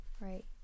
right